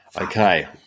Okay